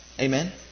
Amen